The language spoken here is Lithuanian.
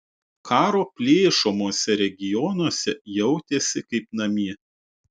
karo plėšomuose regionuose jautėsi kaip namie